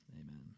amen